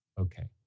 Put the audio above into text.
okay